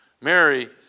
Mary